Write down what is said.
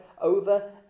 over